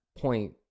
point